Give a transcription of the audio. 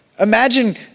Imagine